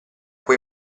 quei